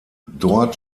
dort